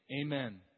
Amen